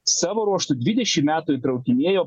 savo ruožtu dvidešim metų įtraukinėjo